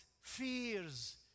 fears